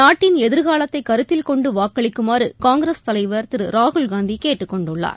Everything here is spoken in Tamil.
நாட்டின் எதிர்காலத்தைகருத்தில் கொண்டுவாக்களிக்குமாறுகாங்கிரஸ் தலைவர் திருராகுல் காந்திகேட்டுக் கொண்டுள்ளார்